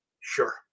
Sure